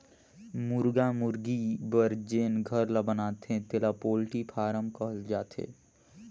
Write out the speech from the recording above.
मुरगा मुरगी बर जेन घर ल बनाथे तेला पोल्टी फारम कहल जाथे